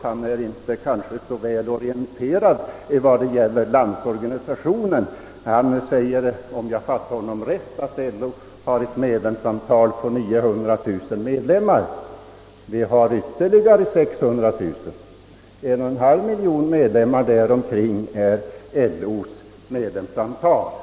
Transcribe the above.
Han är kanske inte så väl orienterad om Landsorganisationen. Han säger att LO har 900 000 medlemmar. Vi har ytterligare 600 000, och LO har alltså omkring 1,5 miljon medlemmar.